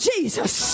Jesus